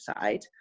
side